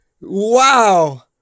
Wow